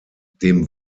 dem